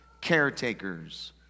caretakers